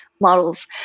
models